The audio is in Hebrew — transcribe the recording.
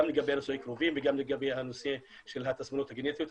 גם לגבי נישואי קרובים וגם לגבי הנושא של התסמונות הגנטיות.